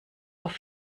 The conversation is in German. auf